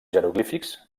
jeroglífics